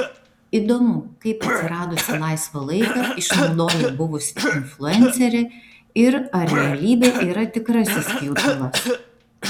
įdomu kaip atsiradusį laisvą laiką išnaudoja buvusi influencerė ir ar realybė yra tikrasis kjutalas